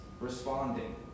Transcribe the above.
responding